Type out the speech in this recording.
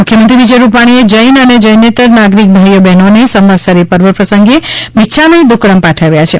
મુખ્યમંત્રી વિજય રૂપાણીએ જૈન અને જૈનેતર નાગરિક ભાઇ બહેનોને સંવત્સરી પર્વ પ્રસંગે મિચ્છામી દુકકડમ પાઠવ્યા છે